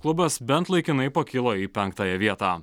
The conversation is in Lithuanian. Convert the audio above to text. klubas bent laikinai pakilo į penktąją vietą